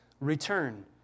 return